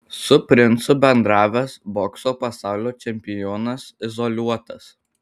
su princu bendravęs bokso pasaulio čempionas izoliuotas